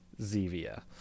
Zevia